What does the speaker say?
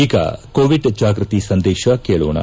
ಈಗ ಕೋವಿಡ್ ಜಾಗ್ಬತಿ ಸಂದೇಶ ಕೇಳೋಣ